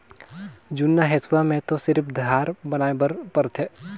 जुन्ना हेसुआ में तो सिरिफ धार बनाए बर परथे